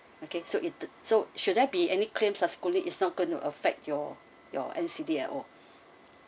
okay so it so should there be any claims subsequently it's not going to affect your your N_C_D at all